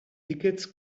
tickets